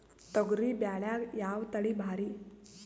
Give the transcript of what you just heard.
ತೊಗರಿ ಬ್ಯಾಳ್ಯಾಗ ಯಾವ ತಳಿ ಭಾರಿ?